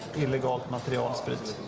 illegal material. ah so but